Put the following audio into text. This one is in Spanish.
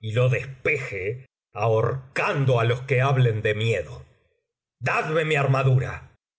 y lo despeje ahorcando á los que hablen de miedo dadme mi armadura